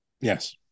Yes